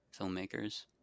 filmmakers